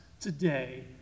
today